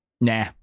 Nah